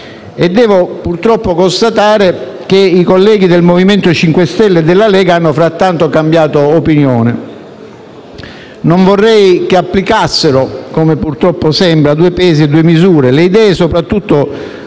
devo purtroppo constatare che i colleghi del MoVimento 5 Stelle e della Lega hanno frattanto cambiato opinione. Non vorrei che applicassero, come purtroppo sembra, due pesi e due misure. Le idee, soprattutto